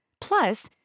Plus